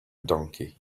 donkey